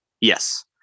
yes